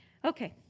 ok.